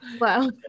Wow